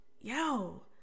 yo